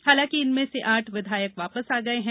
हालांकि इनमें से आठ विधायक वापस आ गये हैं